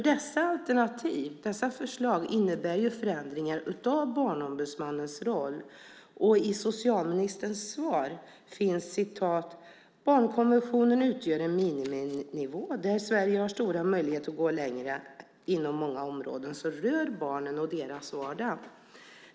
Dessa förslag innebär ju förändringar av Barnsombudsmannens roll, och i socialministerns svar står att "barnkonventionen utgör en miniminivå där Sverige har stora möjligheter att gå längre inom många områden som rör barn och deras vardag.